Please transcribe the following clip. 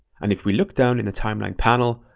and if we look down in the timeline panel,